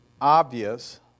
obvious